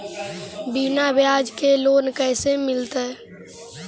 बिना ब्याज के लोन कैसे मिलतै?